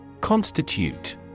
CONSTITUTE